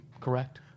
correct